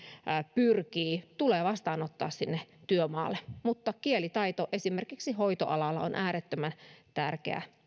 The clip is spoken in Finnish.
pyrkii tulee vastaanottaa sinne työmaalle mutta kielitaito esimerkiksi hoitoalalla on äärettömän tärkeä